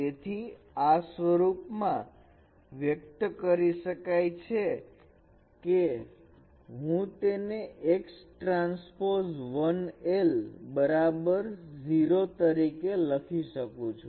તેથી આ સ્વરૂપ માં વ્યક્ત કરી શકાય છે કે હું તેને x ટ્રાન્સપોજ 1l બરાબર 0 તરીકે લખી શકું છું